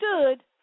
stood